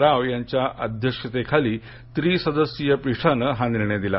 राव यांच्या अध्यक्षतेखालच्या त्रिसदस्यीय पिठानं हा निर्णय दिला